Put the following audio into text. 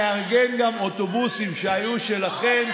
נארגן גם אוטובוסים שהיו שלכם,